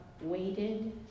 waited